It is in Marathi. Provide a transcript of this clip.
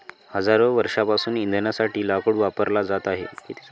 हजारो वर्षांपासून इंधनासाठी लाकूड वापरला जात आहे